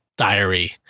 Diary